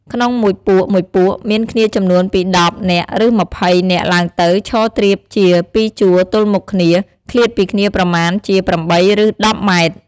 ក្នុង១ពួកៗ មានគ្នាចំនួនពី១០នាក់រឺ២០ នាក់ឡើងទៅឈរត្រៀមជា ២ជួរ ទល់មុខគ្នា ឃ្លាតពីគ្នាប្រមាណជា៨ រឺ១០ ម៉ែត្រ។